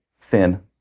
Thin